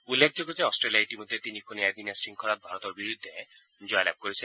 উল্লেখযোগ্য যে অট্টেলিয়াই ইতিমধ্যে তিনিখনীয়া এদিনীয়া শৃংখলাত ভাৰতৰ বিৰুদ্ধে জয়লাভ কৰিছে